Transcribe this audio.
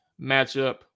matchup